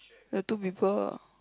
the two people